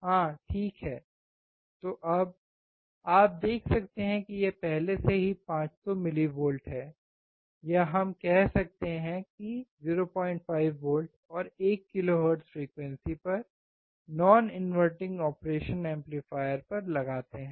हाँ ठीक है तो अब आप देख सकते हैं कि यह पहले से ही 500 मिलीवोल्ट है या हम कह सकते हैं कि 05 वोल्ट और 1 किलोहर्ट्ज़ फ्रीक्वेंसी पर नाॅन इनवर्टिंग ऑपरेशन एम्पलीफायर पर लगाते हैं